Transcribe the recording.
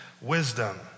wisdom